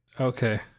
okay